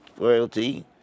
royalty